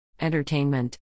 Entertainment